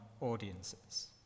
audiences